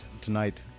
tonight